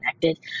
connected